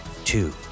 Two